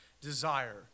desire